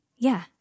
Yeah